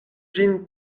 ĝin